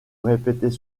répétait